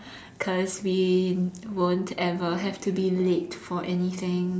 because we won't ever have to be late for anything